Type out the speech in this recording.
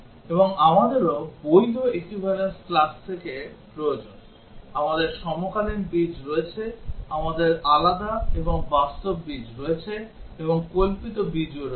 এবং আমাদেরও বৈধ equivalence class থেকে প্রয়োজন আমাদের সমকালীন বীজ রয়েছে আমাদের আলাদা এবং বাস্তব বীজ রয়েছে এবং কল্পিত বীজও রয়েছে